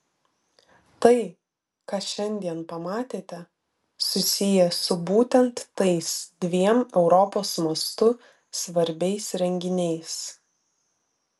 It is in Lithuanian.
tai ką šiandien pamatėte susiję su būtent tais dviem europos mastu svarbiais renginiais